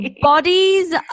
bodies